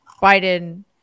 Biden